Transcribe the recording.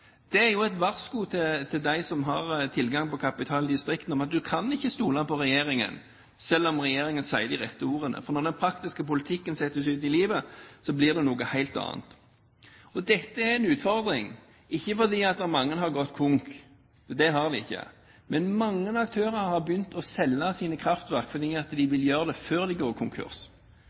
Det er et varsko til dem som har tilgang på kapital i distriktene, om at man ikke kan stole på regjeringen selv om regjeringen sier de rette ordene, for når den praktiske politikken settes ut i livet, blir det noe helt annet. Dette er en utfordring, ikke fordi mange har gått konkurs, for det har de ikke, men mange aktører har begynt å selge sine kraftverk – de vil gjøre det før de går konkurs.